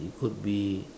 it could be